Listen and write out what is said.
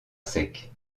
sec